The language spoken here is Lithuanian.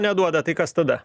neduoda tai kas tada